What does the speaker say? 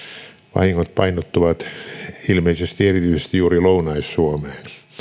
vahingot painottuvat ilmeisesti erityisesti juuri lounais suomeen